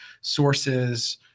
sources